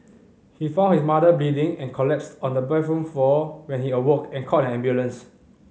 he found his mother bleeding and collapsed on the bathroom floor when he awoke and called an ambulance